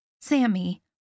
Sammy